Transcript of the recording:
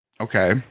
Okay